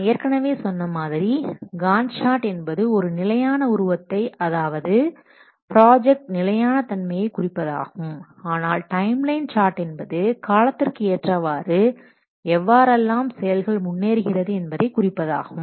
நான் ஏற்கனவே சொன்ன மாதிரி காண்ட் சார்ட் என்பது ஒரு நிலையான உருவத்தை அதாவது ப்ராஜெக்ட் நிலையான தன்மையை குறிப்பதாகும் ஆனால் டைம் லைன் சார்ட் என்பது காலத்திற்கு ஏற்றவாறு எவ்வாறெல்லாம் செயல்கள் முன்னேறுகிறது என்பதை குறிப்பதாகும்